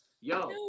yo